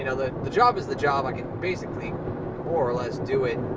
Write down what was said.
you know the the job is the job. i can basically, more or less, do it